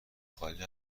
خالی